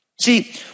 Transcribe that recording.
See